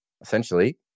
essentially